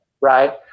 right